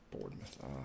Bournemouth